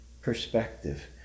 perspective